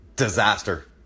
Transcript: Disaster